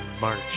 march